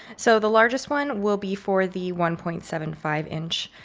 so the largest one will be for the one point seven five inch.